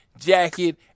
jacket